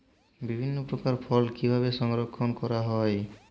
বিভিন্ন প্রকার ফল কিভাবে সংরক্ষণ করা হয়?